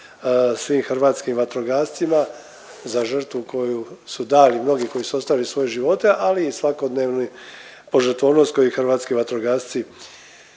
svim hrvatskim vatrogascima za žrtvu koju su dali mnogi koji su ostavili svoje živote, ali i svakodnevni požrtvovnost koju hrvatski vatrogasci